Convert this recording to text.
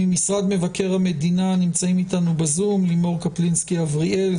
ממשרד מבקר המדינה נמצאת אתנו בזום לימור קפלנסקי אבריאל,